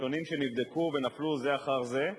שונים שנבדקו ונפלו זה אחר זה,